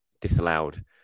disallowed